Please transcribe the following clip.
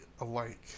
alike